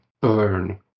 burn